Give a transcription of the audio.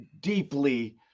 deeply